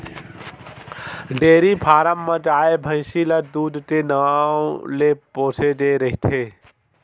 dairy farm म गाय, भइसी ल दूद के नांव ले पोसे गे रहिथे